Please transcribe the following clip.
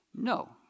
No